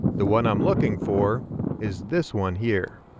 the one i am looking for is this one here.